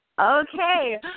Okay